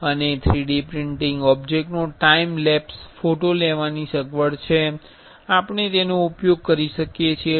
અને 3D printing ઓબ્જેક્ટનો time lapse photo લેવાની સગવડ છે આપણે તેનો ઉપયોગ કરી શકીએ છીએ